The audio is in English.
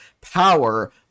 power